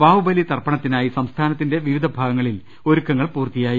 വാവുബലി തർപ്പണത്തിനായി സംസ്ഥാനത്തിന്റെ വിവിധ ഭാഗങ്ങളിൽ ഒരുക്കങ്ങൾ പൂർത്തിയായി